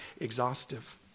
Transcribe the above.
exhaustive